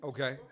Okay